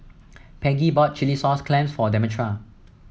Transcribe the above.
Peggie bought Chilli Sauce Clams for Demetra